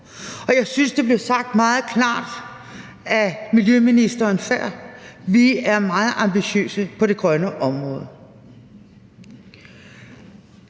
og jeg synes, det blev sagt meget klart af miljøministeren før: Vi er meget ambitiøse på det grønne område.